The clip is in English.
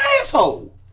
asshole